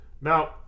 Now